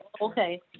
okay